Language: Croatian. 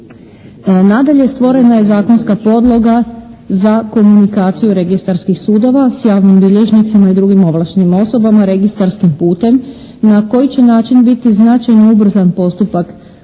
Nadalje stvorena je zakonska podloga za komunikaciju registarskih sudova s javnim bilježnicima i drugim ovlaštenim osobama registarskim putem na koji će način biti značajno ubrzan postupak upisa